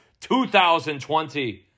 2020